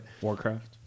Warcraft